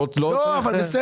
הוא לא צריך לראות?